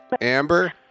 Amber